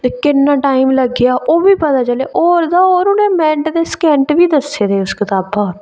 ते किन्ना टाइम लग्गेआ ओह्बी पता चलेआ होर ते होर उ'नें टैम दे मिन्ट से सैकन बी दस्से दे उस कताबा